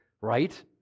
right